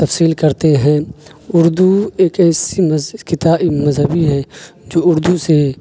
تفصیل کرتے ہیں اردو ایک ایسی مذہبی ہے جو اردو سے